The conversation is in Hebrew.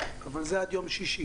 אבל זה עד יום שישי.